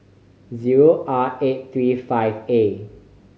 zero R eight three five A